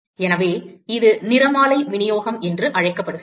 எனவே இது நிறமாலை விநியோகம் என்று அழைக்கப்படுகிறது